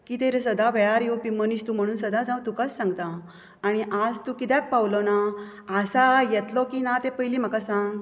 कितें रे सदां वेळार येवपी मनीस तूं म्हणून सदांच हांव तुकाच सांगतां हांव आनी आज तूं कित्याक पावलो ना आसा येतलो की ना ते पयली म्हाका सांग